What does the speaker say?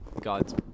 god's